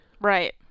Right